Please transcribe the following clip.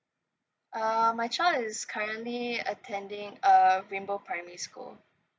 uh my child is currently attending uh rainbow primary school